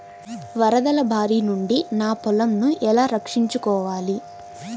వరదల భారి నుండి నా పొలంను ఎలా రక్షించుకోవాలి?